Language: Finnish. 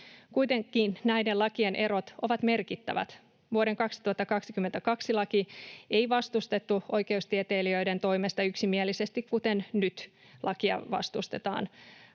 Kuitenkin näiden lakien erot ovat merkittävät. Vuoden 2022 lakia ei vastustettu oikeustieteilijöiden toimesta yksimielisesti, kuten nyt lakia vastustetaan.